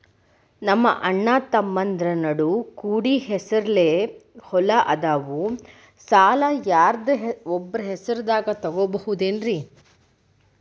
ನಮ್ಮಅಣ್ಣತಮ್ಮಂದ್ರ ನಡು ಕೂಡಿ ಹೆಸರಲೆ ಹೊಲಾ ಅದಾವು, ಸಾಲ ಯಾರ್ದರ ಒಬ್ಬರ ಹೆಸರದಾಗ ತಗೋಬೋದೇನ್ರಿ?